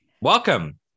welcome